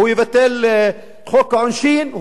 הוא יבטל את חוק העונשין.